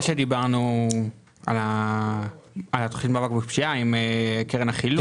דיברנו על התכנית למיגור הפשיעה עם קרן החילוט.